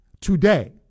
today